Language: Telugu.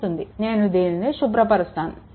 నేను దీనిని శుభ్రపరుస్తాను